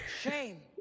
Shame